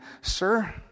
sir